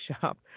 shop